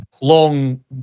long